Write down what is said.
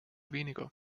weniger